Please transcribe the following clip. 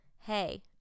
Hey